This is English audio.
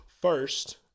first